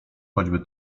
choćby